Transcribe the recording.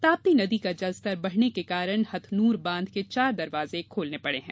ताप्ती नदी का जलस्तर बढ़ने के कारण हथनूर बांध के चार दरवाजे खोलना पड़े हैं